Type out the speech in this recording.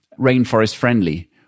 rainforest-friendly